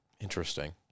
Interesting